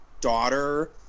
daughter